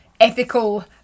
ethical